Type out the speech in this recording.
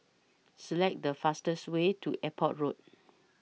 Select The fastest Way to Airport Road